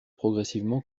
progressivement